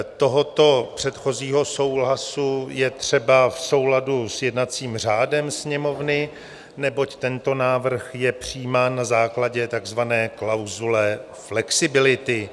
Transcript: Tohoto předchozího souhlasu je třeba v souladu s jednacím řádem Sněmovny, neboť tento návrh je přijímán na základě takzvané klauzule flexibility.